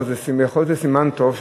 אבל יכול להיות שזה סימן טוב,